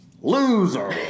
loser